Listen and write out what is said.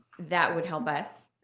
that would help us.